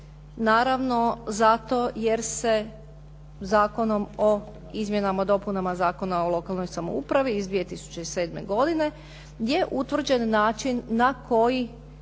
Naravno jer se Zakonom o izmjenama i dopunama Zakona o lokalnoj samoupravi iz 2007. godine gdje je utvrđen način na koji